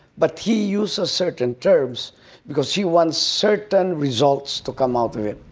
but he uses certain terms because he wants certain results to come out of it.